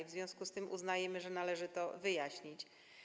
W związku z tym uznajemy, że należy to wyjaśnić.